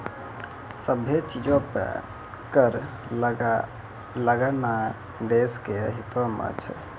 सभ्भे चीजो पे कर लगैनाय देश के हितो मे छै